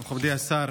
מכובדי השר,